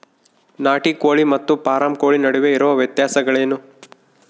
ನಾಟಿ ಕೋಳಿ ಮತ್ತು ಫಾರಂ ಕೋಳಿ ನಡುವೆ ಇರುವ ವ್ಯತ್ಯಾಸಗಳೇನು?